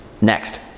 Next